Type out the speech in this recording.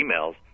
emails